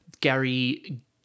Gary